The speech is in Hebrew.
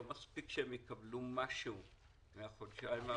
מספיק שהם יקבלו משהו מהחודשיים האחרונים.